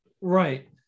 Right